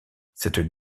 cette